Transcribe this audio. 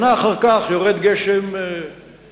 שנה אחר כך יורד גשם ברכה,